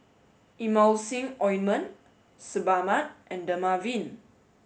Emulsying ointment Sebamed and Dermaveen